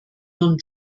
nun